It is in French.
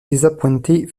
désappointé